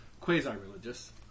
quasi-religious